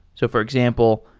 so, for example,